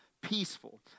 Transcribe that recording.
peaceful